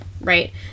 right